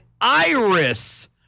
iris